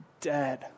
dead